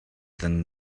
than